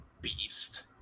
beast